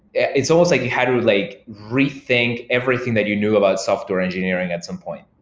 it's almost like how to like rethink everything that you knew about software engineering at some point.